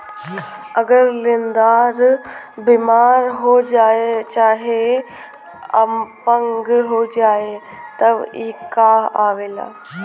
अगर लेन्दार बिमार हो जाए चाहे अपंग हो जाए तब ई कां आवेला